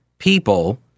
People